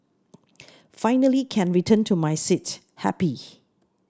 finally can return to my seat happy